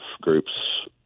groups